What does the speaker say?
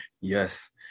yes